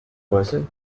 person